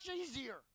easier